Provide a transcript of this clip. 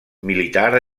militar